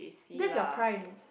that's your prime